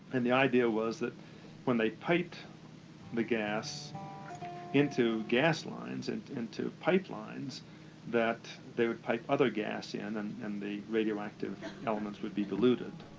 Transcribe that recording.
and the idea was that when they piped the gas into gas lines, and into pipelines that they would pipe other gas in and and and the radioactive elements would be diluted.